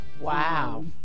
wow